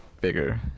Bigger